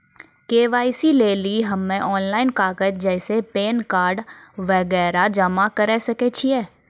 KYC लेली हम्मय online कागज जैसे पैन कार्ड वगैरह जमा करें सके छियै?